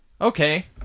okay